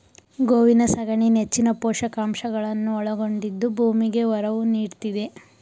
ಗೋವಿನ ಸಗಣಿ ನೆಚ್ಚಿನ ಪೋಷಕಾಂಶಗಳನ್ನು ಒಳಗೊಂಡಿದ್ದು ಭೂಮಿಗೆ ಒರವು ನೀಡ್ತಿದೆ